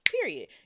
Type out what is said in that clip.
period